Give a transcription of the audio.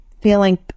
feeling